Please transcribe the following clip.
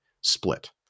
split